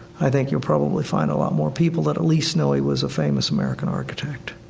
i think you'll probably find a lot more people that at least know he was a famous american architect.